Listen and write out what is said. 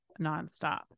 nonstop